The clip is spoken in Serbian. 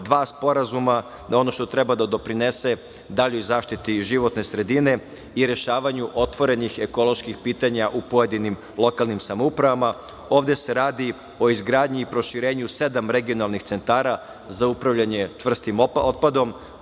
Dva sporazuma koja treba da doprinesu daljoj zaštiti životne sredine i rešavanju otvorenih ekoloških pitanja u pojedinim lokalnim samoupravama. Ovde se radi o izgradnji i proširenju sedam regionalnih centara za upravljanje čvrstim otpadom